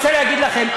אני רוצה להגיד לכם,